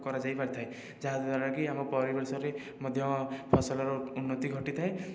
କରାଯାଇ ପାରିଥାଏ ଯାହାଦ୍ୱାରାକି ଆମ ପରିବେଶରେ ମଧ୍ୟ ଫସଲର ଉନ୍ନତି ଘଟିଥାଏ